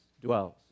dwells